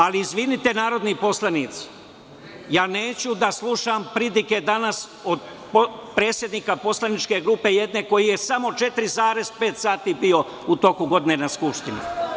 Ali, izvinite narodni poslanici, ja neću da slušam pridike danas od predsednika poslaničke grupe jedne, koji je samo četiri, pet sati bio u toku godine na Skupštini.